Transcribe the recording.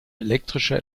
elektrischer